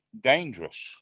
dangerous